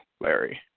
Larry